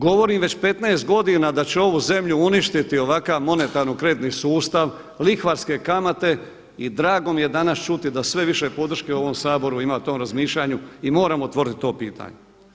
Govorim već 15 godina da će ovu zemlju uništiti ovakav monetarno-kreditni sustav, lihvarske kamate i drago mi je danas čuti da sve više podrške u ovom Saboru ima o tom razmišljanju i moram otvorit to pitanje.